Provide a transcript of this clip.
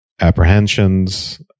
apprehensions